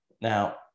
Now